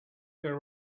there